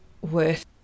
worth